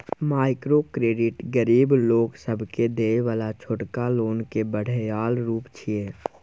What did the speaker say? micro credit गरीब लोक सबके देय बला छोटका लोन के बढ़ायल रूप छिये